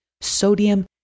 sodium